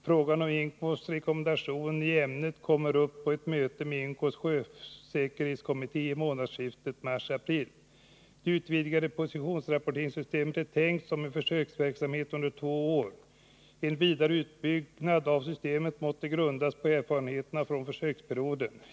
Frågan om en IMCO-rekommendation i ämnet kommer upp på ett möte med IMCO:s sjösäkerhetskommitté i månadsskiftet mars-april. Det utvidgade positionsrapporteringssystemet är tänkt som en försöksverksamhet under två år. En vidare utbyggnad av systemet måste grundas på erfarenheterna från försöksperioden.